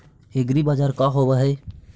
एग्रीबाजार का होव हइ?